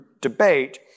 debate